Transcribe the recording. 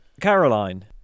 Caroline